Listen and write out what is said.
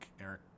Eric